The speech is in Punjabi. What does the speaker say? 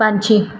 ਪੰਛੀ